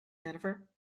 jennifer